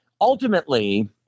ultimately